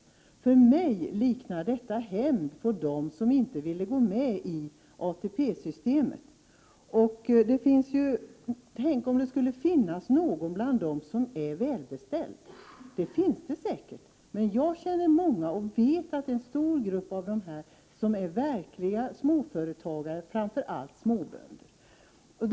För mig liknar detta hämnd på dem som inte ville gå med i ATP-systemet. ”Tänk om det skulle finnas någon bland dem som är välbeställd!” tycks somliga resonera. Det finns det säkert, men jag känner många av dem och vet att det är en stor grupp som är verkliga småföretagare, framför allt småbönder.